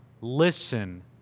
listen